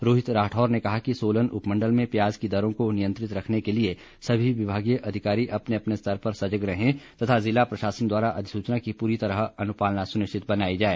रोहित राठौर ने कहा कि सोलन उपमण्डल में प्याज की दरों को नियन्त्रित रखने के लिए सभी विभागीय अधिकारी अपने अपने स्तर पर सजग रहें तथा जिला प्रशासन द्वारा अधिसूचना की पूरी तरह अनुपालना सुनिश्चित बनाई जाए